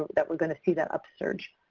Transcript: that we're going to see that upsurge.